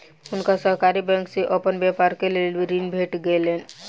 हुनका सहकारी बैंक से अपन व्यापारक लेल ऋण भेट गेलैन